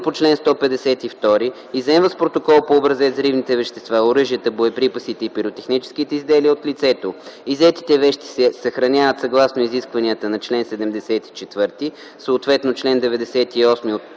по чл. 152 изземват с протокол по образец взривните вещества, оръжията, боеприпасите и пиротехническите изделия от лицето. Иззетите вещи се съхраняват съгласно изискванията на чл. 74, съответно чл. 98,